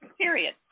period